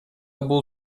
бул